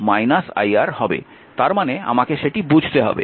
তার মানে আমাকে সেটি বুঝতে হবে